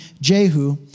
Jehu